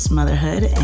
motherhood